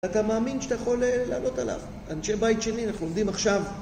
אתה מאמין שאתה יכול לעלות עליו? אנשי בית שני, אנחנו עובדים עכשיו